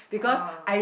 oh